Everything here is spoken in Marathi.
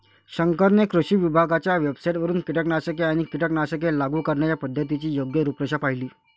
शंकरने कृषी विभागाच्या वेबसाइटवरून कीटकनाशके आणि कीटकनाशके लागू करण्याच्या पद्धतीची योग्य रूपरेषा पाहिली